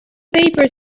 paper